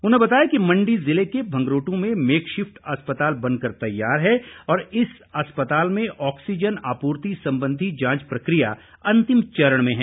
उन्होंने बताया कि मंडी जिले के भंगरोटु में मेक शिफ्ट अस्पताल बनकर तैयार है और इस अस्पताल में ऑक्सीजन आपूर्ति संबंधी जांच प्रकिया अंतिम चरण में हैं